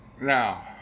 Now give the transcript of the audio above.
Now